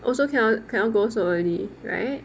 also cannot cannot go so early right